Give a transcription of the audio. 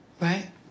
right